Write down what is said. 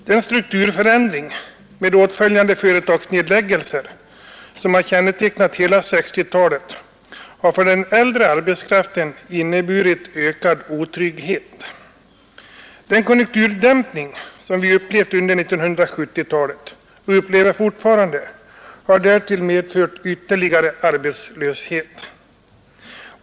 Den strukturförändring, med åtföljande företagsnedläggelser, som har kännetecknat hela 1960-talet, har för den äldre arbetskraften inneburit ökad otrygghet. Den konjunkturdämpning som vi upplevt under 1970 talet och upplever fortfarande har därtill medfört ytterligare arbetslöshet.